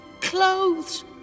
clothes